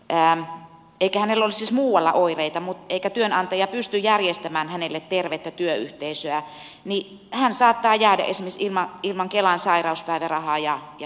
eräänä eikä ole muualla oireita eikä työnantaja pysty järjestämään hänelle tervettä työyhteisöä niin hän saattaa jäädä esimerkiksi ilman kelan sairauspäivärahaa ja sosiaaliturvaa